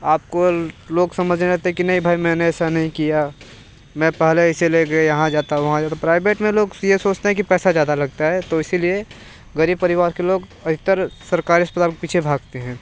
आपको लोग समझने लगते हैं कि नहीं भाई मैंने ऐसा नहीं किया मैं पहले इसे लेकर यहाँ जाता वहाँ जाता प्राइवेट में लोग स ये सोचते हैं कि पैसा ज्यादा लगता है तो इसीलिए गरीब परिवार के लोग अधिकतर सरकारी अस्पताल के पीछे भागते हैं